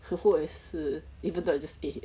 我也是 even though I just ate